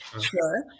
Sure